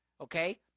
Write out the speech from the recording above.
Okay